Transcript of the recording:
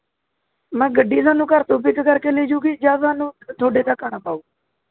ਨਾ ਗੱਡੀ ਸਾਨੂੰ ਘਰ ਤੋਂ ਪਿੱਕ ਕਰਕੇ ਲੈ ਜਾਵੇਗੀ ਜਾਂ ਸਾਨੂੰ ਤੁਹਾਡੇ ਤੱਕ ਆਉਣਾ ਪੈਣਾ